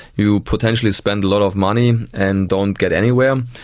you potentially spend a lot of money and don't get anywhere.